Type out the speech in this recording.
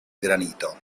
granito